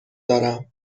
دارم